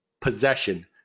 Possession